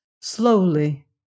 slowly